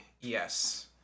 yes